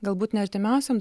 galbūt ne artimiausiam